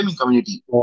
community